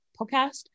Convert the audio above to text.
podcast